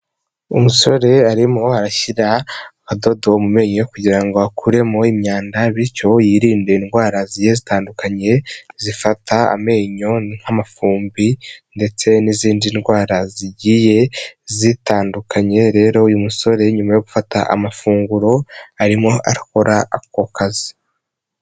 Umusore arimo arashyira akadodo mumenyo kugira akuremo imyanda bityo ngo yirinde indwara zitandukanye zifata amenyo nk'amafumbi ndetse n'izindi ndwara zigiye zitandukanye, rero uyu musore nyuma yo gufata amafunguro arimo akora ako kazi.